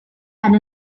had